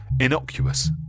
Innocuous